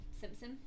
Simpson